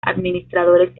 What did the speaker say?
administradores